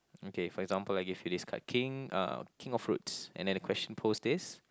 okay for example I give you this card king uh king of fruits and then the question pose this